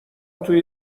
توی